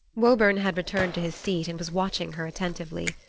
woburn had returned to his seat and was watching her attentively.